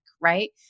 right